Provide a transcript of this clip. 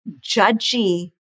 judgy